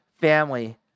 family